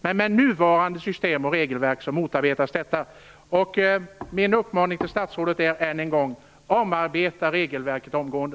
Med nuvarande system och regelverk motarbetas detta. Min uppmaning till statsrådet är än en gång: Omarbeta regelverket omgående!